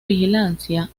vigilancia